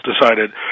decided